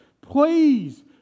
please